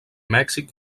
mèxic